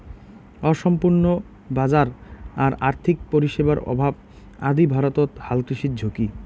অসম্পূর্ণ বাজার আর আর্থিক পরিষেবার অভাব আদি ভারতত হালকৃষির ঝুঁকি